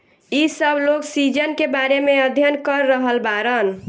इ सब लोग सीजन के बारे में अध्ययन कर रहल बाड़न